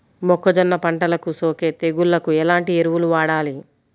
మొక్కజొన్న పంటలకు సోకే తెగుళ్లకు ఎలాంటి ఎరువులు వాడాలి?